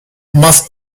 más